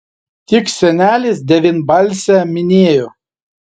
tik senelis devynbalsę minėjo